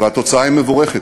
והתוצאה היא מבורכת.